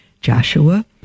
Joshua